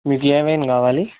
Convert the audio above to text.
మీకు ఏ వైన్ కావాలి